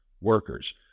workers